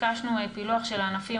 ביקשנו פילוח של הענפים,